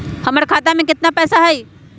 हमर खाता में केतना पैसा हई?